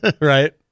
right